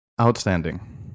Outstanding